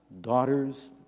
daughters